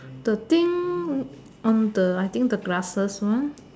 the thing on the I think on the glasses one